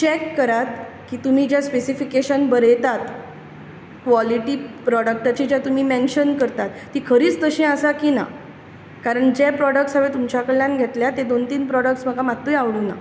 check करात की तुमी जे स्पेसिफिकेशन बरयतात क्वालिटी प्रॉडक्टाची जी तुमी मेन्शन करतात ती खरीच तशी आसा की ना कारण जे प्रॉडक्ट्स हांवेन तुमच्या कडल्यान घेतल्यात ते दोन तीन प्रॉडक्ट्स म्हाका मातूय आवडूंक ना